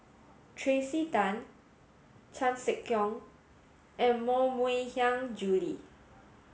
Tracey Tan Chan Sek Keong and Moh Mui Hiang Julie